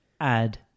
add